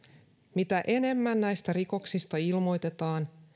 mitä enemmän näistä rikoksista ilmoitetaan